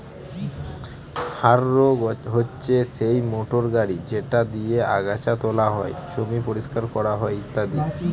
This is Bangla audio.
হাররো হচ্ছে সেই মোটর গাড়ি যেটা দিয়ে আগাচ্ছা তোলা হয়, জমি পরিষ্কার করা হয় ইত্যাদি